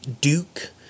Duke